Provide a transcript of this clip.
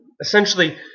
Essentially